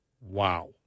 Wow